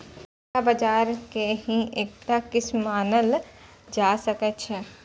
एकरा बाजार के ही एकटा किस्म मानल जा सकै छै